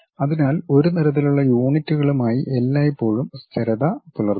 അതിനാൽ ഒരു തരത്തിലുള്ള യൂണിറ്റുകളുമായി എല്ലായ്പ്പോഴും സ്ഥിരത പുലർത്തുക